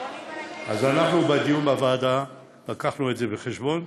אנחנו בדיון בוועדה הבאנו את זה בחשבון,